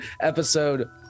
episode